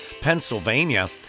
Pennsylvania